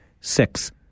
six